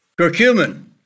Curcumin